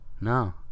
No